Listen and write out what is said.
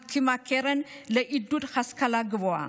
שהקימה קרן לעידוד השכלה גבוהה.